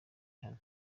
hano